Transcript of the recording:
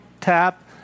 tap